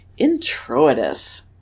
Introitus